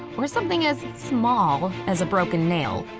or something as small as a broken nail.